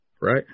Right